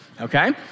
okay